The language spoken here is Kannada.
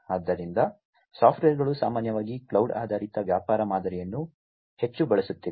ಆದ್ದರಿಂದ ಸ್ಟಾರ್ಟ್ಅಪ್ಗಳು ಸಾಮಾನ್ಯವಾಗಿ ಕ್ಲೌಡ್ ಆಧಾರಿತ ವ್ಯಾಪಾರ ಮಾದರಿಯನ್ನು ಹೆಚ್ಚು ಬಳಸುತ್ತಿವೆ